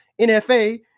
NFA